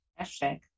Hashtag